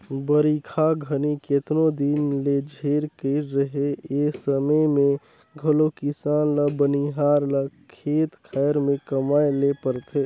बरिखा घनी केतनो दिन ले झेर कइर रहें ए समे मे घलो किसान ल बनिहार ल खेत खाएर मे कमाए ले परथे